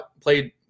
played